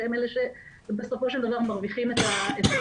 שהם אלה שבסופו של דבר מרוויחים את הכסף.